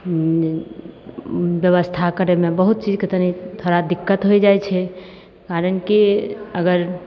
हूँ व्यवस्था करयमे बहुत चीजके तनी थोड़ा दिक्कत होइ जाइ छै कारण की अगर